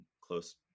close